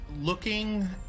looking